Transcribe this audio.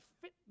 fit